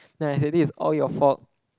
then I say this is all your fault